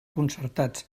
concertats